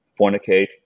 fornicate